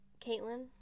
Caitlin